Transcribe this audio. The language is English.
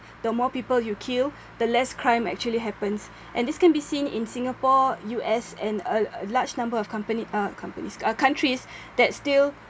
the more people you kill the less crime actually happens and this can be seen in singapore U_S and a a large number of companies uh companies uh countries that still